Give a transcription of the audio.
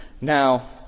Now